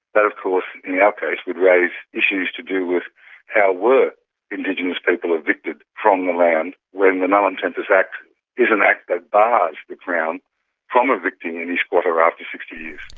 that of course, in our case, would raise issues to do with how were indigenous people evicted from the land when the nullum tempus act is an act that bars the crown from evicting any squatter after sixty years.